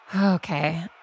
Okay